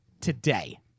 today